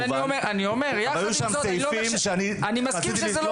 היו שם סעיפים שאני רציתי לתלוש את השיער.